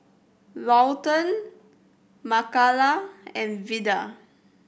Lawton Makala and Vida